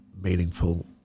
meaningful